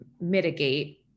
mitigate